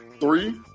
three